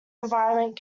environment